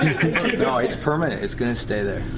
you know it's permanent. it's going to stay there.